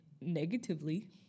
negatively